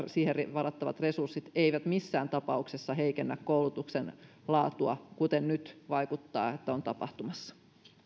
siihen varattavat resurssit eivät missään tapauksessa heikennä koulutuksen laatua kuten nyt vaikuttaa että on tapahtumassa